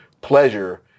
pleasure